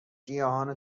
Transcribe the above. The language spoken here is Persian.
گیاهان